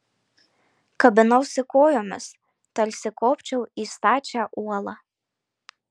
kabinausi kojomis tarsi kopčiau į stačią uolą